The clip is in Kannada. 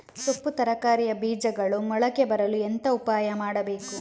ಸೊಪ್ಪು ತರಕಾರಿಯ ಬೀಜಗಳು ಮೊಳಕೆ ಬರಲು ಎಂತ ಉಪಾಯ ಮಾಡಬೇಕು?